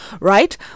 right